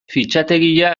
fitxategia